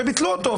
וביטלו אותו.